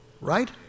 right